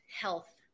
health